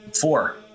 Four